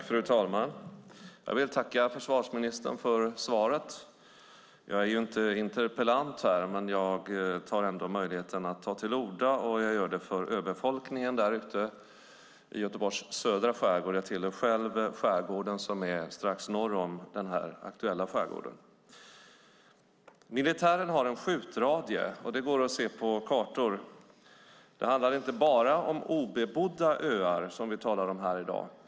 Fru talman! Jag vill tacka försvarsministern för svaret. Jag är inte interpellant, men jag använder ändå möjligheten att ta till orda och jag gör det för öbefolkningen ute i Göteborgs södra skärgård. Jag tillhör själv skärgården strax norr om den aktuella skärgården. Militären har en skjutradie. Det går att se på kartor. Det är inte bara om obebodda öar vi talar här i dag.